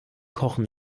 kochen